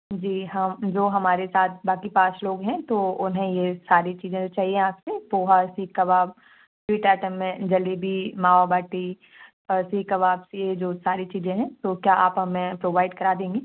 जी हाँ जो हमारे साथ बाक़ी पाँच लोग हैं तो उन्हें ये सारी चीज़े चाहिए आप से poha seekh kebab sweet item में जलेबी मावा बाटी सीख कबाब ये जो सारी चीज़े हैं तो क्या आप हमें प्रोवाइड करा देंगी